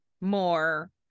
more